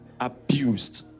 abused